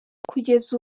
kugeza